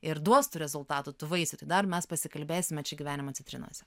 ir duos tų rezultatų tų vaisių tai dar mes pasikalbėsime čia gyvenimo citrinose